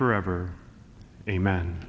forever amen